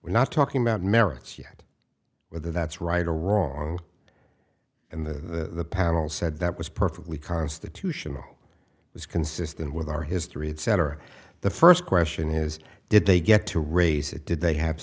we're not talking about merits yet whether that's right or wrong and the panel said that was perfectly constitutional it was consistent with our history etc the first question is did they get to raise it did they have